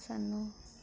ਸਾਨੂੰ